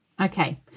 okay